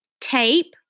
tape